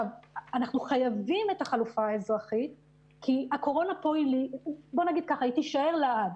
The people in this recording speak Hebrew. אנחנו חייבים את החלופה האזרחית כי הקורונה תישאר לעד.